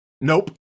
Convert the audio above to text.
nope